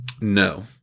No